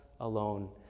alone